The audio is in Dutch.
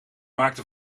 maakte